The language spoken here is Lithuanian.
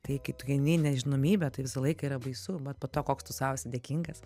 tai kai tu eini į nežinomybę tai visą laiką yra baisu bet po to koks tu sau esi dėkingas